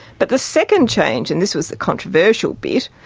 but the second change, and this was the controversial bit,